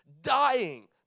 dying